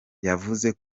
yavuze